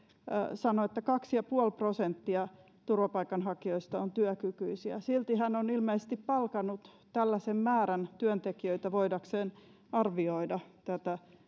sanoi että kaksi ja puoli prosenttia turvapaikanhakijoista on työkykyisiä silti hän on ilmeisesti palkannut tällaisen määrän työntekijöitä voidakseen arvioida tätä